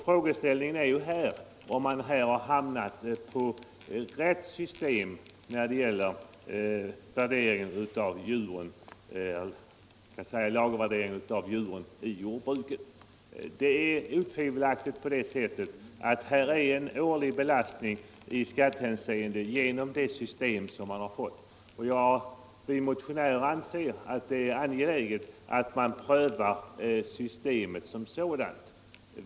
Frågan är om man här har de rätta reglerna för lagervärdering av djur i jordbruket. Det är otvivelaktigt på det sättet att man får en årlig belastning i skattehänseende genom det system som nu tillämpas. Vi motionärer anser att det är angeläget att man prövar systemet som sådant.